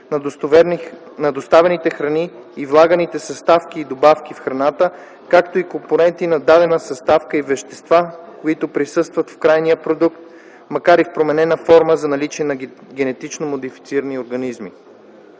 на доставените храни и влаганите съставки и добавки в храната, както и компоненти на дадена съставка, и вещества, които присъстват в крайния продукт, макар и в променена форма за наличие на генетично модифицирани организми.